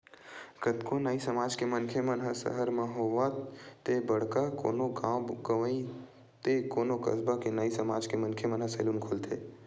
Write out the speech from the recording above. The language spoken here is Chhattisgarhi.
कतको नाई समाज के मनखे मन ह सहर म होवय ते बड़का कोनो गाँव गंवई ते कोनो कस्बा के नाई समाज के मनखे मन ह सैलून खोलथे